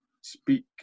speak